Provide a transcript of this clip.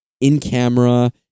in-camera